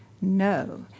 No